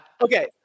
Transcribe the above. okay